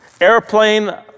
airplane